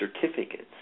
certificates